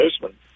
baseman